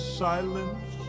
silence